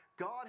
God